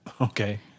Okay